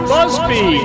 Busby